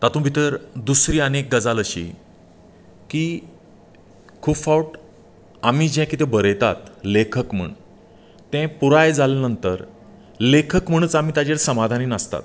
तातूंत भितर दुसरी आनी गजाल अशी की खूब फावट आमी जें कितें बरयतात लेखक म्हूण तें पुराय जाले नंतर लेखक म्हणच आनी ताजेर समाधानी नासतात